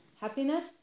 happiness